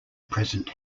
present